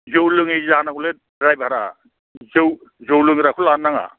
जौ लोङै जानांगौलै द्रायभारा जौ लोंग्राखौ लानो नाङा